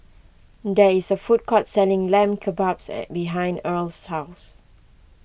there is a food court selling Lamb Kebabs an behind Irl's house